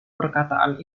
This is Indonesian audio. perkataan